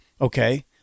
Okay